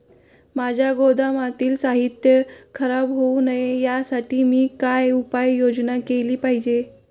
माझ्या गोदामातील साहित्य खराब होऊ नये यासाठी मी काय उपाय योजना केली पाहिजे?